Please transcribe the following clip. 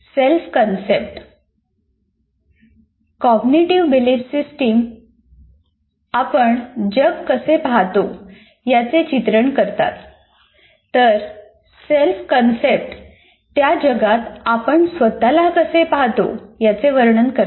self concept cognitive belief system आपण जग कसे पाहतो याचे चित्रण करतात तर सेल्फ कन्सेप्ट त्या जगात आपण स्वतःला कसे पाहतो याचे वर्णन करते